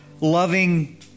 loving